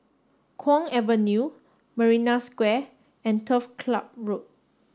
Kwong Avenue Marina Square and Turf Club Road